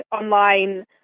online